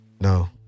No